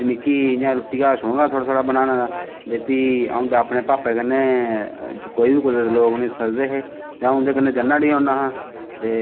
ते मिगी इंया रुट्टियै दा थोह्ड़ा थोह्ड़ा शौक हा बनाने दा ते भी अंऊ अपने भापै कन्नै कोई कुदै लोग उनेंगी सद्ददे हे ते अंऊ उंदे कन्नै जन्ना ओड़ी होना ते